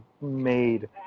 made